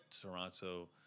Toronto